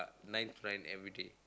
nine to nine everyday